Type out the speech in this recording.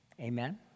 amen